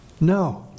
No